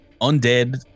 undead